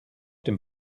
dem